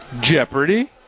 Jeopardy